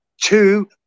two